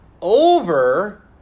over